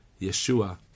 Yeshua